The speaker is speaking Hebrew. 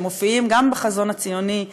שמופיעים גם בחזון הציוני,